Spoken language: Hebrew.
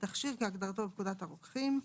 "תכשיר" כהגדרתו בפקודת הרוקחים ,